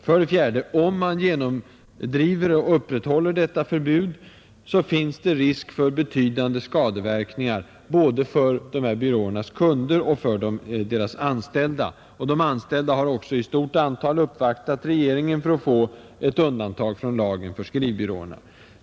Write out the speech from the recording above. För det fjärde: Om man genomdriver och upprätthåller detta förbud finns det risk för betydande skadeverkningar både för byråernas kunder och för deras anställda, De anställda har också i stort antal uppvaktat regeringen för att få ett undantag från lagen för skrivbyråerna.